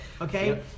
Okay